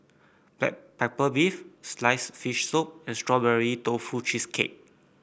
Black Pepper Beef sliced fish soup and Strawberry Tofu Cheesecake